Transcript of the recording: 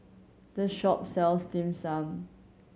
this shop sells Dim Sum